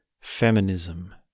feminism